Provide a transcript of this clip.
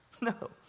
No